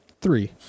three